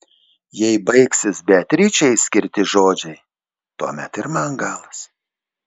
jei baigsis beatričei skirti žodžiai tuomet ir man galas